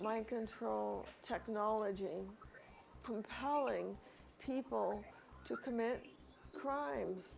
mind control technology to polling people to commit crimes